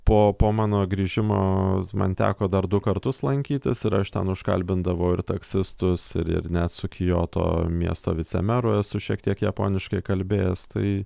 po po mano grįžimo man teko dar du kartus lankytis ir aš ten užkalbindavau ir taksistus ir ir net su kioto miesto vicemeru esu šiek tiek japoniškai kalbėjęs tai